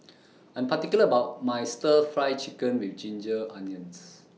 I'm particular about My Stir Fry Chicken with Ginger Onions